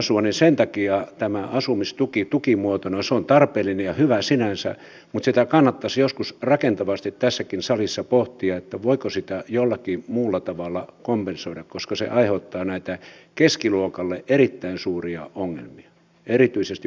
sen takia tämä asumistuki tukimuotona on tarpeellinen ja hyvä sinänsä mutta kannattaisi joskus rakentavasti tässäkin salissa pohtia sitä voiko sitä jollakin muulla tavalla kompensoida koska se aiheuttaa näitä keskiluokalle erittäin suuria ongelmia erityisesti pääkaupunkiseudulla